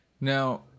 Now